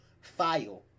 file